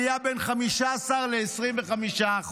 עלייה של 15% 25%,